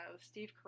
Steve